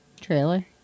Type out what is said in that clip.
Trailer